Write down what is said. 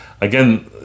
again